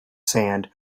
sand